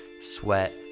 sweat